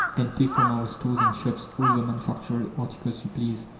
and take from our stores and shops all the manufactured articles you please.